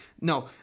No